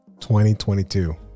2022